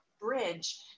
bridge